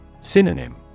Synonym